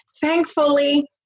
thankfully